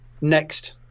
next